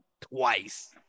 twice